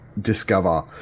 discover